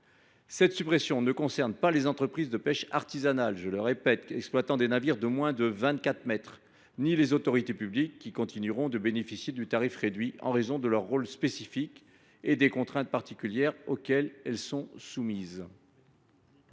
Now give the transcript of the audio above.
Cette suppression ne concernera ni les entreprises de pêche artisanale exploitant des navires de moins de vingt quatre mètres ni les autorités publiques, qui continueront de bénéficier du tarif réduit en raison de leur rôle spécifique et des contraintes particulières auxquelles elles sont soumises.